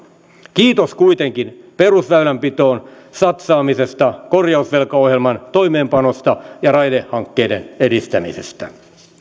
kiitos kuitenkin perusväylänpitoon satsaamisesta korjausvelkaohjelman toimeenpanosta ja raidehankkeiden edistämisestä